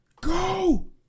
Go